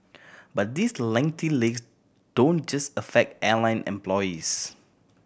but these lengthy legs don't just affect airline employees